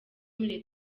muri